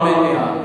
אין מניעה.